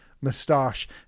moustache